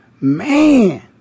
Man